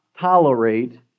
tolerate